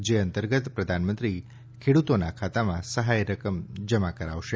જે અંતર્ગત પ્રધાનમંત્રી ખેડૂતોના ખાતામાં સહાય રકમ જમા કરાવશે